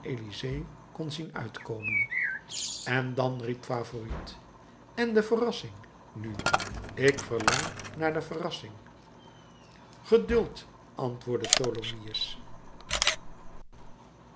kon zien uitkomen nu en dan riep favourite en de verrassing nu ik verlang naar de verrassing geduld antwoordde